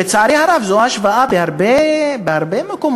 לצערי הרב, זו ההשפעה בהרבה מקומות.